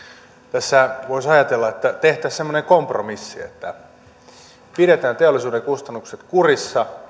tässä voisi ajatella että tehtäisiin semmoinen kompromissi että pidetään teollisuuden kustannukset kurissa